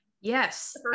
Yes